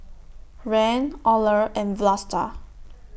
Rand Olar and Vlasta